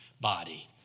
body